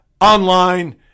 online